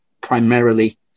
primarily